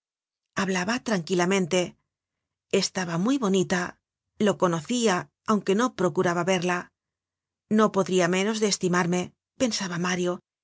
hablaba tranquilamente estaba muy bonita lo conocia aunque no procuraba verla no podria menos de estimarme pensaba mario